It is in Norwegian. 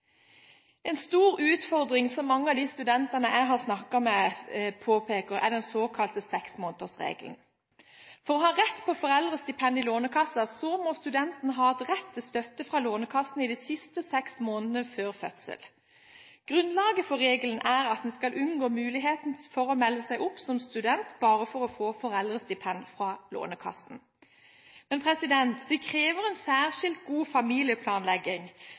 En stor utfordring som mange av de studentene jeg har snakket med, påpeker, er den såkalte 6-månedersregelen. For å ha rett på foreldrestipend i Lånekassen må studenten ha rett til støtte fra Lånekassen i de siste seks månedene før fødsel. Grunnlaget for regelen er at en skal unngå muligheten for å melde seg opp som student bare for å få foreldrestipend fra Lånekassen. Det krever en særskilt god familieplanlegging